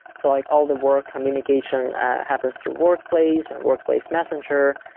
so like all the work, communication happens to workplace and workplace messenger,